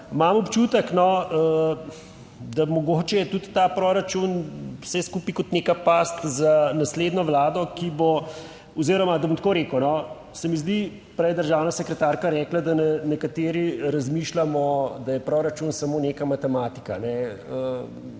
imam občutek, da mogoče je tudi ta proračun vse skupaj kot neka past za naslednjo Vlado, ki bo oziroma bom tako rekel no, se mi zdi, prej je državna sekretarka rekla, da nekateri razmišljamo, da je proračun samo neka matematika.